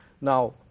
Now